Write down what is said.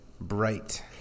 bright